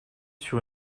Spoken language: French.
sur